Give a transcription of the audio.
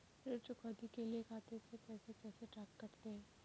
ऋण चुकौती के लिए खाते से रुपये कैसे कटते हैं?